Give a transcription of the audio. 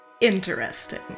interesting